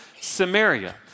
Samaria